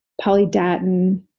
polydatin